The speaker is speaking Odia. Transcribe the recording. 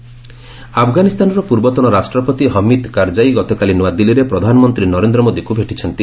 ପିଏମ୍ ହମିଦ୍ ଆଫଗାନିସ୍ତାନର ପୂର୍ବତନ ରାଷ୍ଟ୍ରପତି ହମିଦ୍ କରାଜାଇ ଗତକାଲି ନ୍ନଆଦିଲ୍ଲୀରେ ପ୍ରଧାନମନ୍ତ୍ରୀ ନରେନ୍ଦ୍ର ମୋଦୀଙ୍କୁ ଭେଟିଛନ୍ତି